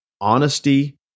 Honesty